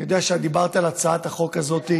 אני יודע שאת כבר דיברת על הצעת החוק הזאת.